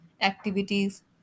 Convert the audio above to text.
activities